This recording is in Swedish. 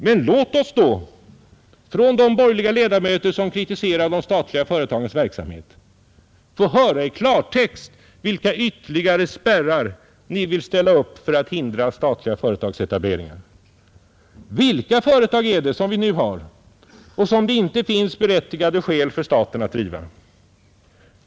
Men låt oss då från de borgerliga ledamöter som kritiserar de statliga företagens verksamhet få höra i klartext vilka ytterligare spärrar ni vill ställa upp för att hindra statliga företagsetableringar! Vilka företag är det som vi nu har och som det inte finns berättigade skäl för staten att driva?